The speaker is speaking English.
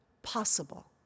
Possible